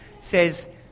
says